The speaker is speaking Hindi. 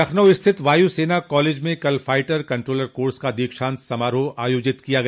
लखनऊ स्थित वायु सेना कॉलेज में कल फाइटर कंट्रोलर कोर्स का दीक्षान्त समारोह आयोजित किया गया